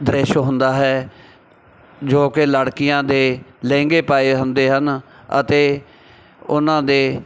ਦ੍ਰਿਸ਼ ਹੁੰਦਾ ਹੈ ਜੋ ਕਿ ਲੜਕੀਆਂ ਦੇ ਲਹਿੰਗੇ ਪਾਏ ਹੁੰਦੇ ਹਨ ਅਤੇ ਉਹਨਾਂ ਦੇ